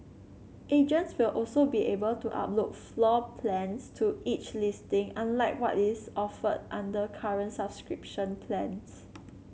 agents will also be able to upload floor plans to each listing unlike what is offered under current subscription plans